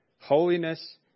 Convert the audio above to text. Holiness